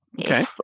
Okay